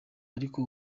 ariko